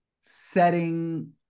setting